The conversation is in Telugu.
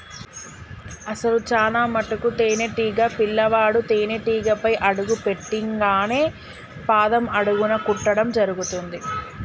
అసలు చానా మటుకు తేనీటీగ పిల్లవాడు తేనేటీగపై అడుగు పెట్టింగానే పాదం అడుగున కుట్టడం జరుగుతుంది